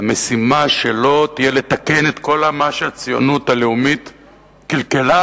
המשימה שלו תהיה לתקן את כל מה שהציונות הלאומית קלקלה,